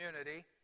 community